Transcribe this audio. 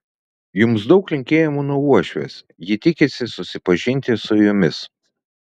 jums daug linkėjimų nuo uošvės ji tikisi susipažinti su jumis